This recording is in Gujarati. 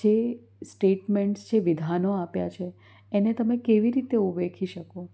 જે સ્ટેટમેન્ટ્સ જે વિધાનો આપ્યાં છે એને તમે કેવી રીતે ઉવેખી શકો